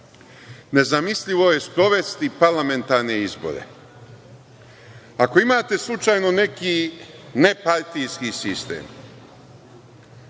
nezamislivo je sprovesti parlamentarne izbore. Ako imate slučajno neki nepartijski sistem,